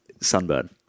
sunburn